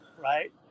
Right